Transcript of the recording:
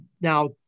Now